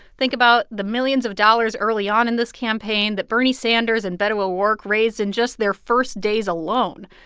think about the millions of dollars early on in this campaign that bernie sanders and beto o'rourke raised in just their first days alone.